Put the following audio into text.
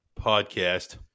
podcast